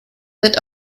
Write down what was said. wird